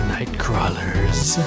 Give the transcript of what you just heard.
Nightcrawlers